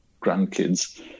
grandkids